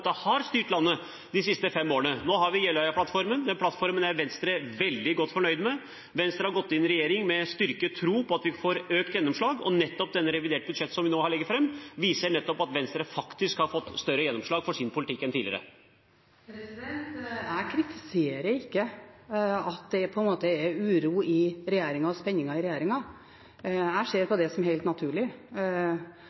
har styrt landet de siste fem årene. Nå har vi Jeløya-plattformen. Den plattformen er Venstre veldig godt fornøyd med. Venstre har gått inn i regjeringen med en styrket tro på at vi får økt gjennomslag, og det reviderte budsjettet som vi nå har lagt fram, viser nettopp at Venstre har fått større gjennomslag for sin politikk enn tidligere. Jeg kritiserer ikke at det på en måte er uro og spenninger i regjeringen. Jeg ser